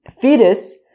fetus